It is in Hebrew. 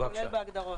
כולל בהגדרות.